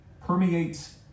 permeates